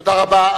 תודה רבה.